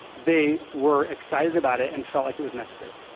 they were excited about it and felt like it was necessary.